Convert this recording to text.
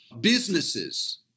businesses